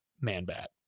Man-Bat